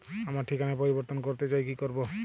আমার ঠিকানা পরিবর্তন করতে চাই কী করব?